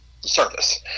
service